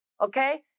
Okay